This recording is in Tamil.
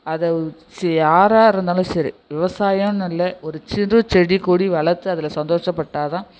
அதை சி யாராக இருந்தாலும் சரி விவசாயம்னு இல்லை ஒரு சிறு செடிக்கொடி வளர்த்து அதில் சந்தோஷப்பட்டால் தான்